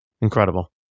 incredible